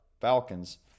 Falcons